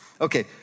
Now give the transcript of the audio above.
Okay